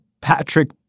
Patrick